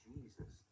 Jesus